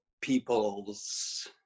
people's